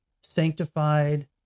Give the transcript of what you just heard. sanctified